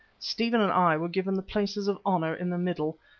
stephen and i were given the places of honour in the middle,